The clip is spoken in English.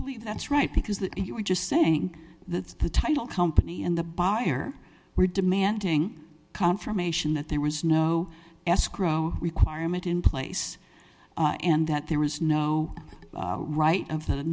believe that's right because that you were just saying that the title company and the buyer were demanding confirmation that there was no escrow requirement in place and that there was no right of the